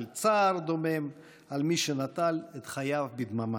של צער דומם על מי שנטל את חייו בדממה.